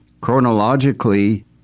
chronologically